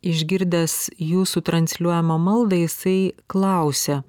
išgirdęs jūsų transliuojamą maldą jisai klausia